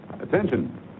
Attention